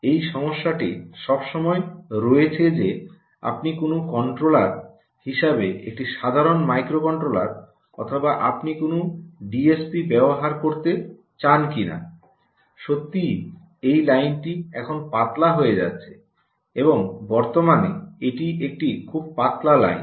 এই সমস্যাটি সবসময়ই রয়েছে যে আপনি কোনও কন্ট্রোলার হিসাবে একটি সাধারণ মাইক্রোকন্ট্রোলার অথবা আপনি কোনও ডিএসপি ব্যবহার করতে চান কিনা সত্যই এই লাইনটি এখন পাতলা হয়ে যাচ্ছে এবং বর্তমানে এটি একটি খুব পাতলা লাইন